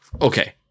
okay